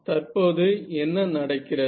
தற்போது என்ன நடக்கிறது